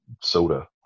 soda